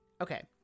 okay